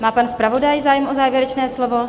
Má pan zpravodaj zájem o závěrečné slovo?